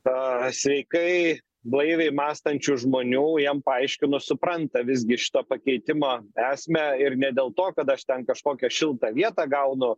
tą sveikai blaiviai mąstančių žmonių jiem paaiškino supranta visgi šito pakeitimą esmę ir ne dėl to kad aš ten kažkokią šiltą vietą gaunu